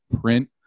print